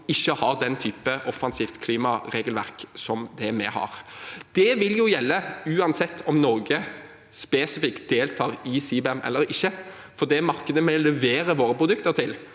ikke har den typen offensivt klimaregelverk som det vi har. Det vil gjelde uansett om Norge spesifikt deltar i CBAM eller ikke, for i det markedet vi leverer våre produkter til,